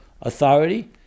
authority